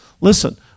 Listen